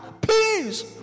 please